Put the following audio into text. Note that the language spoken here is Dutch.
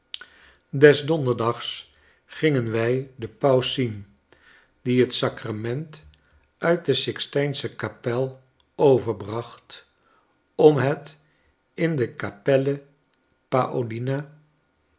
des donderdags gingen wij den paus zien die het sacrament uit de sixtijnsche kapel overbracht omhetinde capelle paolina